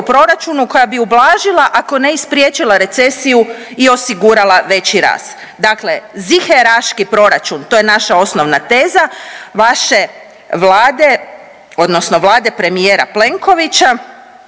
proračunu koja bi ublažila, ako ne i spriječila recesiju i osigurala veći rast. Dakle, ziheraški proračun to je naša osnovna teza vaše Vlade odnosno Vlade premijera Plenkovića